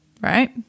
Right